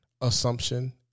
assumption